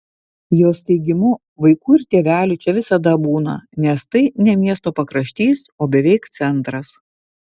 jos teigimu vaikų ir tėvelių čia visada būna nes tai ne miesto pakraštys o beveik centras